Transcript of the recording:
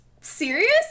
serious